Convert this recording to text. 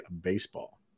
Baseball